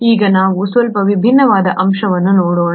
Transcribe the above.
ಈಗ ನಾವು ಸ್ವಲ್ಪ ವಿಭಿನ್ನವಾದ ಅಂಶವನ್ನು ನೋಡೋಣ